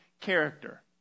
character